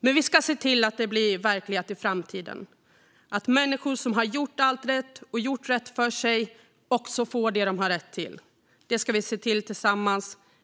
Men vi ska se till att det blir verklighet i framtiden. Vi ska se till att människor som gjort allt rätt och gjort rätt för sig också får det de har rätt till. Det ska vi se till tillsammans.